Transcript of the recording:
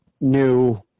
new